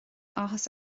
áthas